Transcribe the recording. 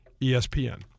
ESPN